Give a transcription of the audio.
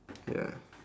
ya